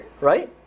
Right